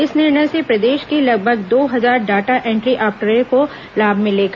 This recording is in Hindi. इस निर्णय से प्रदेश के लगभग दो हजार डाटा एंटी ऑपरेटरों को लाभ मिलेगा